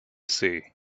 see